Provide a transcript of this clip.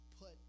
put